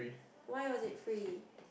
why was it free